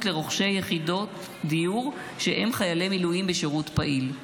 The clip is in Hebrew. לרוכשי יחידות דיור שהם חיילי מילואים בשירות פעיל.